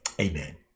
Amen